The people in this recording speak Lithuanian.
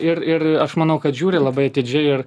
ir ir aš manau kad žiūri labai atidžiai ir